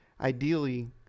ideally